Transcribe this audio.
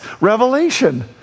revelation